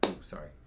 sorry